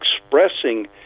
expressing